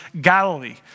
Galilee